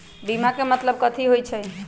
बीमा के मतलब कथी होई छई?